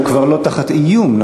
הוא כבר לא תחת איום.